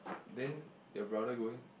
then your brother going